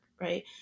right